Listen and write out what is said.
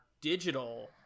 digital